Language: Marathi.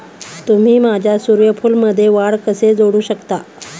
तुम्ही माझ्या सूर्यफूलमध्ये वाढ कसे जोडू शकता?